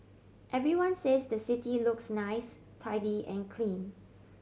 everyone says the city looks nice tidy and clean